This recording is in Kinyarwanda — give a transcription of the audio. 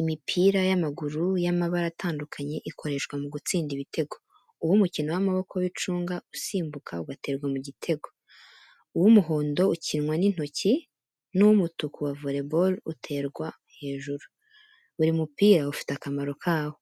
imipira y’amaguru y'amabara atandukanye ikoreshwa mu gutsinda ibitego, uw’umukino w'amaboko w’icunga usimbuka ugaterwa mu gitego, uw’umuhondo ukinwa n’intoki, n’uw’umutuku wa volleyball uterwa hejuru. Buri mupira ufite akamaro kawo.